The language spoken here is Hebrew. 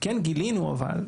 כן גילינו אבל,